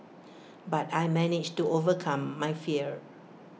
but I managed to overcome my fear